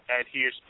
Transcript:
adhere